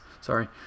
Sorry